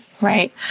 right